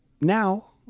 Now